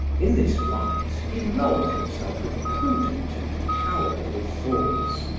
in this wise he lulled himself with prudent and cowardly thoughts,